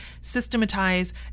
systematize